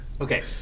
okay